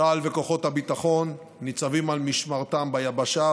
צה"ל וכוחות הביטחון ניצבים על משמרתם ביבשה,